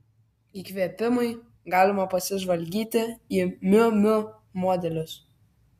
įkvėpimui galima pasižvalgyti į miu miu modelius